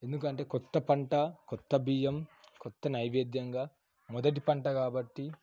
ఎందుకంటే కొత్త పంట కొత్త బియ్యం కొత్త నైవేద్యంగా మొదటి పంట కాబట్టి